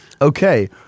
Okay